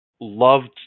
loved